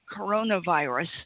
coronavirus